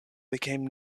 became